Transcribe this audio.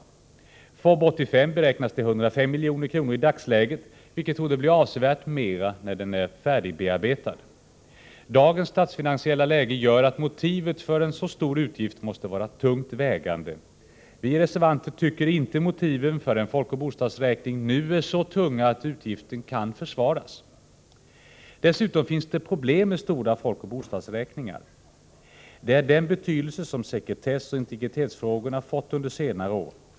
FoB 1985 kostnadsberäknas till 105 milj.kr. i dagsläget, vilket torde bli avsevärt mer när den är färdigbearbetad. Dagens statsfinansiella läge gör att motivet för en så stor utgift måste vara tungt vägande. Vi reservanter tycker inte att motiven för en folkoch bostadsräkning nu är så tunga att utgiften kan försvaras. Dessutom finns det problem med stora folkoch bostadsräkningar. Det är den betydelse som sekretessoch integritetsfrågorna fått under senare år.